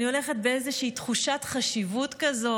אני הולכת באיזושהי תחושת חשיבות כזאת.